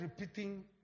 repeating